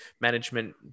management